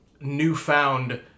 newfound